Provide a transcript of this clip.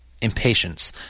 Impatience